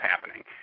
happening